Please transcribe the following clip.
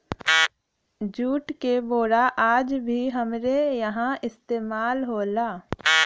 jute क बोरा आज भी हमरे इहां इस्तेमाल होला